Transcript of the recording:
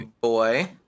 boy